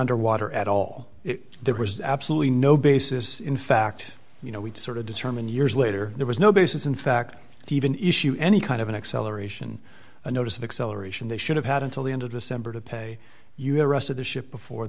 under water at all if there was absolutely no basis in fact you know we'd sort of determine years later there was no basis in fact to even issue any kind of an acceleration a notice of acceleration they should have had until the end of december to pay you the rest of the ship before